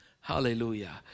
Hallelujah